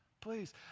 Please